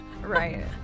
Right